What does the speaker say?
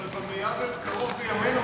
אבל במליאה בקרוב בימינו,